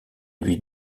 lui